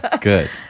Good